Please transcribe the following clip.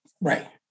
Right